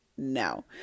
No